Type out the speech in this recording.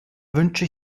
wünsche